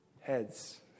heads